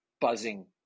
buzzing